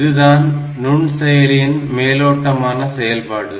இதுதான் நுண் செயலியின் மேலோட்டமான செயல்பாடு